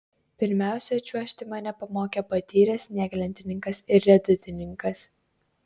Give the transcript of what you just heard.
pirmiausia čiuožti mane pamokė patyręs snieglentininkas ir riedutininkas